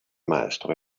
maestro